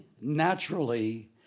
naturally